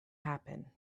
happen